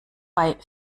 bei